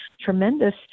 tremendous